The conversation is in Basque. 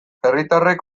herritarrek